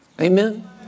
Amen